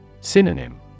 Synonym